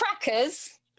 crackers